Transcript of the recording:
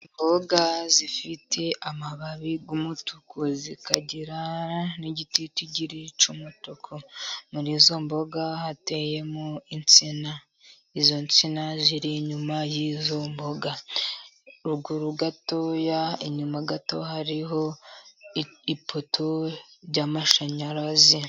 Imboga zifite amababi y'umutuku zikagira n'igititigiri cy'umutuku. Muri izo mboga hateyemo insina, izo nsina ziri inyuma y'izo mboga. Ruguru gatoya inyuma gato, hariho ipoto y'amashanyarazi.